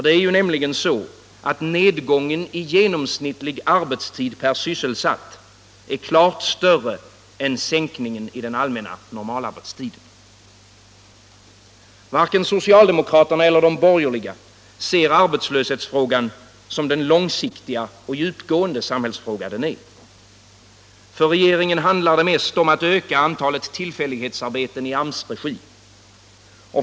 Det är nämligen så att nedgången i genomsnittlig arbetstid per sysselsatt är klart större än sänkningen i normalarbetstiden. Varken socialdemokraterna eller de borgerliga ser arbetslöshetsfrågan som den långsiktiga, djupgående samhällsfrågan. För regeringen handlar det mest om att öka antalet tillfällighetsarbeten i AMS-regi.